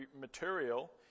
material